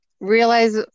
realize